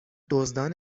دزدان